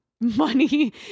money